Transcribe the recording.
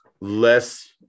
less